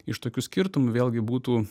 iš tokių skirtumų vėlgi būtų